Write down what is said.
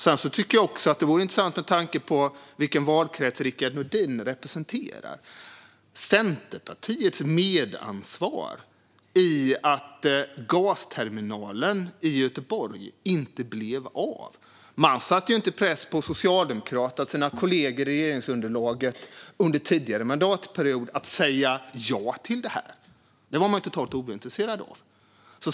Sedan tycker jag att det är intressant, med tanke på vilken valkrets Rickard Nordin representerar, med Centerpartiets medansvar i fråga om att gasterminalen i Göteborg inte blev av. Man satte inte press på Socialdemokraterna och sina kollegor i regeringsunderlaget under tidigare mandatperiod när det gällde att säga ja till detta. Det var man totalt ointresserad av.